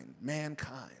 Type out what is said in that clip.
mankind